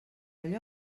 allò